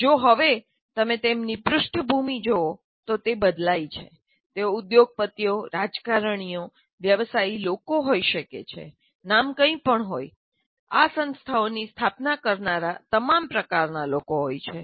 જો તમે તેમની પૃષ્ઠભૂમિ જુઓ તો તે બદલાયછે તેઓ ઉદ્યોગપતિઓ રાજકારણીઓ વ્યવસાયી લોકો હોઈ શકે છે વ્યવસાયી લોકો જે રીતે સુગરબેરોન હોઈ શકે છે નામ કંઈ પણ હોય આ સંસ્થાઓની સ્થાપના કરનારા તમામ પ્રકારના લોકો હોયછે